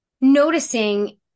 noticing